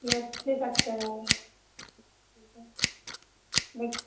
yes दे सकते हो ठीक है लेक